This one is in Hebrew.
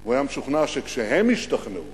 הוא היה משוכנע שכשהם ישתכנעו